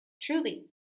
Truly